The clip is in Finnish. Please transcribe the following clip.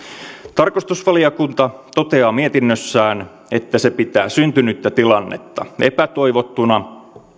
tarkastusvaliokunta toteaa mietinnössään että se pitää syntynyttä tilannetta epätoivottuna